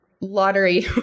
lottery